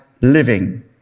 living